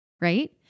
right